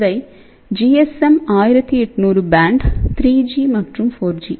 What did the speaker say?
இவை ஜிஎஸ்எம்1800 band 3 G மற்றும் 4 ஜி